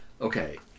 Okay